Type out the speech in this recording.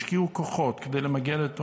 השקיעו כוחות בלמגר את העוני,